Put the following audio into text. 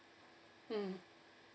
mm